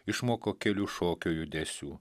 išmoko kelių šokio judesių